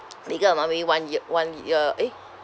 bigger amount maybe one year one year eh